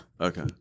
Okay